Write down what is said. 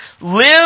live